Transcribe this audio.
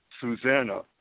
Susanna